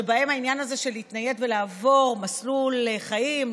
כי אצלם העניין הזה של להתנייד ולעבור מסלול חיים,